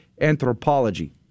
anthropology